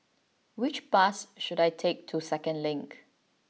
which bus should I take to Second Link